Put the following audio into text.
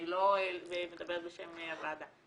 אני לא מדברת בשם הוועדה.